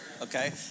Okay